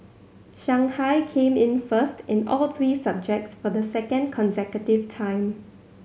Shanghai came in first in all three subjects for the second consecutive time